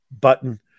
button